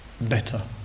better